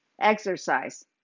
exercise